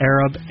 Arab